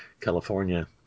California